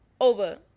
over